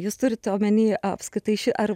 jūs turit omeny apskritai ši ar